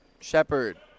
Shepard